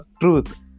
truth